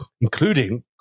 including